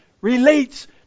relates